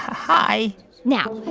hi now,